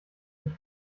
sich